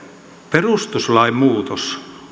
perustuslain muutos